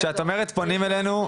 שאת אומרת פונים אלינו,